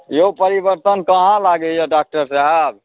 यौ परिवर्तन कहाँ लागैए डाक्टर साहेब